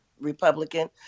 Republican